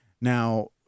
Now